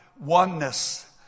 oneness